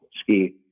ski